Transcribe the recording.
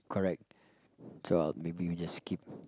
correct so I'll maybe we just skip